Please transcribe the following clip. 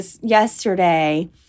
yesterday